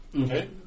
Okay